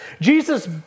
Jesus